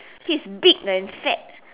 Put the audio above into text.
he's big and fat